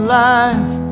life